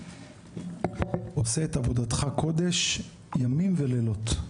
עושה את עבודתך קודש ימים כלילות.